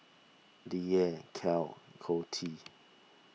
Leala Cale Cotti